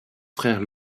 frère